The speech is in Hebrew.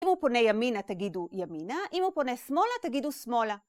אם הוא פונה ימינה - תגידו ימינה, אם הוא פונה שמאלה - תגידו שמאלה.